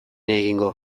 egingo